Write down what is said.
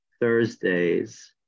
Thursdays